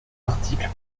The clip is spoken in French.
articles